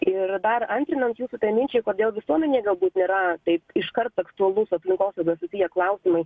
ir dar antrinant jūsų tai minčiai kodėl visuomenei galbūt nėra taip iškart aktualus aplinkosauga susiję klausimai